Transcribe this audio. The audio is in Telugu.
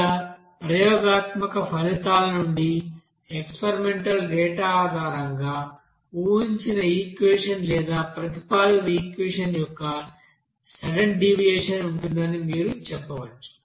లేదా ప్రయోగాత్మక ఫలితాల నుండి ఎక్స్పెరిమెంటల్ డేటా ఆధారంగా ఊహించిన ఈక్వెషన్ లేదా ప్రతిపాదన ఈక్వెషన్ యొక్క సడన్ డీవియేషన్ ఉంటుందని మీరు చెప్పవచ్చు